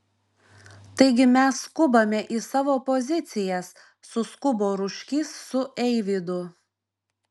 taigi mes skubame į savo pozicijas suskubo ruškys su eivydu